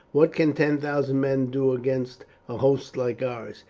what can ten thousand men do against a host like ours?